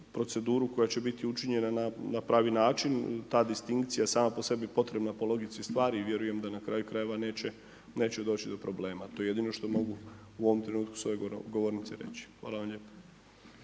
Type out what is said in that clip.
proceduru koja će biti učinjena na pravi način. Ta distinkcija sama po sebi potrebna po logici stvari, vjerujem da na kraju krajeva neće doći do problema, to je jedino što mogu u ovom trenutku s ove govornice reći. Hvala vam lijepo.